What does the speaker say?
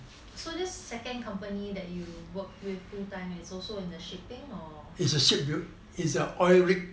so this second company that you worked with full time is also in the shipping or